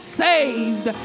saved